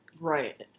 Right